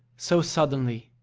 so suddenly,